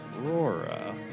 Aurora